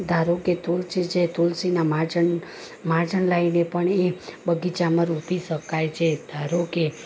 ધારો કે તુલસી છે તુલસીના માજન માજન લાઈને પણ એ બગીચામાં રોપી શકાય છે ધારો કે